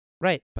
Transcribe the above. Right